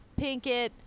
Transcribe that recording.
Pinkett